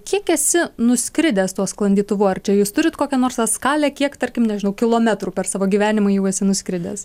kiek esi nuskridęs tuo sklandytuvu ar čia jūs turit kokią nors tą skalę kiek tarkim nežinau kilometrų per savo gyvenimą jau esi nuskridęs